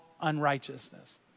unrighteousness